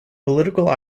political